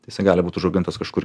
tai jisai gali būt užaugintas kažkur